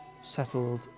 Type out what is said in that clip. settled